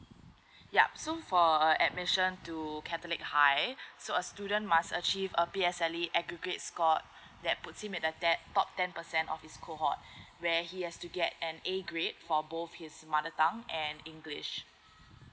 yup so for uh I mentioned to catholic high so a student must achieve a P_S_L_E aggregate score that puts him at that the ten top ten percent of his cohort where he has to get an A grade for both his mother tongue and english